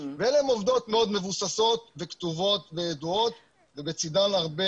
אלה הן עובדות מאוד מבוססות וכתובות בדוחות ובצדן הרבה